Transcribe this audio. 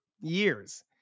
years